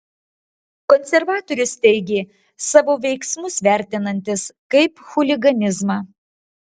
konservatorius teigė savo veiksmus vertinantis kaip chuliganizmą